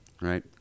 right